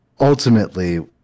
ultimately